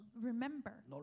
remember